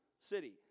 city